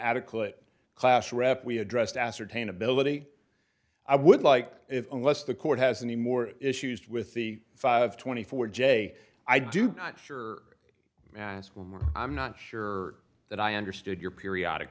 adequate class rep we addressed ascertain ability i would like it unless the court has any more issues with the five twenty four j i do not sure i'm not sure that i understood your periodic